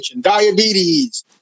diabetes